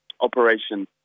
Operation